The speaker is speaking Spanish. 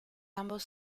ambos